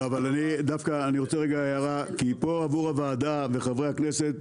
אני רוצה להעיר הערה עבור הוועדה וחברי הכנסת.